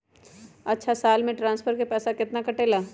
अछा साल मे ट्रांसफर के पैसा केतना कटेला?